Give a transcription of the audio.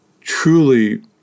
truly